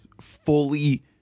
fully